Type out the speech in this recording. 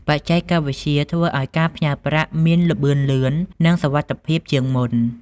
បច្ចេកវិទ្យាធ្វើឲ្យការផ្ញើប្រាក់មានល្បឿនលឿន និងសុវត្ថិភាពជាងមុន។